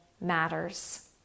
matters